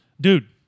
Dude